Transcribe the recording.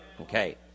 Okay